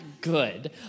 good